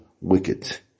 wicket